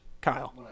Kyle